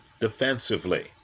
defensively